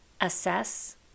assess